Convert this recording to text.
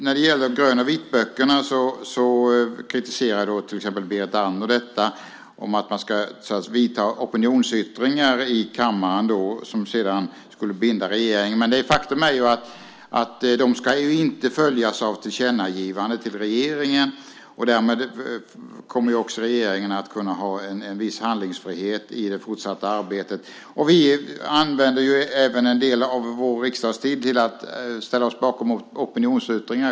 När det gäller grön och vitböckerna framför till exempel Berit Andnor kritik mot att det ska framföras opinionsyttringar i kammaren som sedan skulle binda regeringen. Faktum är att de inte ska följas av tillkännagivanden till regeringen och därmed kommer regeringen att kunna ha en viss handlingsfrihet i det fortsatta arbetet. Vi använder även en del av vår riksdagstid till att ställa oss bakom opinionsyttringar.